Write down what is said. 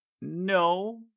No